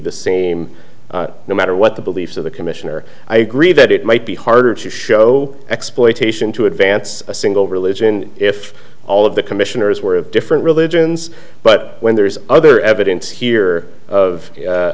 the same no matter what the beliefs of the commissioner i agree that it might be harder to show exploitation to advance a single religion if all of the commissioners were of different religions but when there is other evidence here of